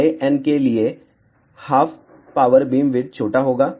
बड़े n के लिए हाफ पावर बीमविड्थ छोटा होगा